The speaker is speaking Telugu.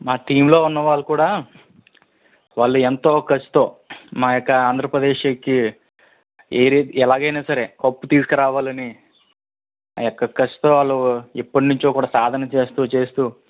మా టీమ్లో ఉన్నవాళ్ళు కూడా వాళ్ళు ఎంతో కసితో మా యొక్క ఆంధ్రప్రదేశ్కి ఏ రీత్ ఎలాగయినా సరే కప్పు తీసుకురావాలని ఆయొక్క కసితో వాళ్ళు ఎప్పటి నుంచో కూడా సాధన చేస్తూ చేస్తూ